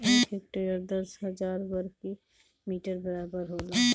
एक हेक्टेयर दस हजार वर्ग मीटर के बराबर होला